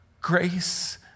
Grace